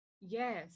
yes